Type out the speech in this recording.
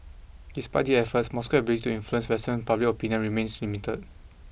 despite these efforts Moscow's ability to influence western public opinion remains limited